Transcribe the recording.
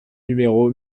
numéro